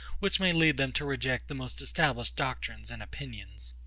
which may lead them to reject the most established doctrines and opinions.